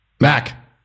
Mac